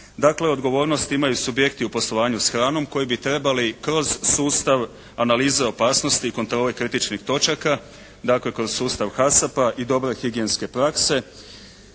Dakle odgovornost imaju subjekti u poslovanju s hranom koji bi trebali kroz sustav analiza opasnosti i kontrole kritičnih točaka dakle kroz sustav HASAP-a i dobre higijenske prakse